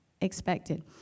expected